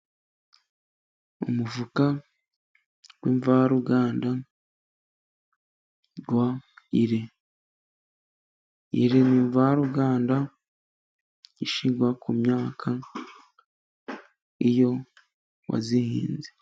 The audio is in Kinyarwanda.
Umufuka w'imvaruganda wa ire. Ire ni mvaruganda ishyirwa ku myaka iyo wayihinze.